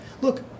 Look